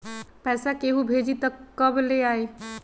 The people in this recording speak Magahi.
पैसा केहु भेजी त कब ले आई?